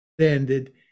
ended